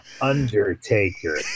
Undertaker